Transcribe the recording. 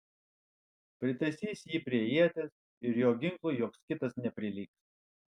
pritaisys jį prie ieties ir jo ginklui joks kitas neprilygs